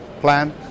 plan